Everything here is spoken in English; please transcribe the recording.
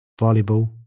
volleyball